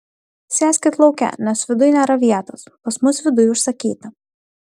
sėskit lauke nes viduj nėra vietos pas mus viduj užsakyta